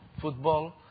football